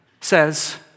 says